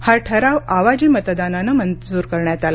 हा ठराव आवाजी मतानं मंजूर करण्यात आला